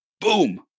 Boom